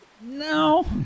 No